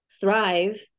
thrive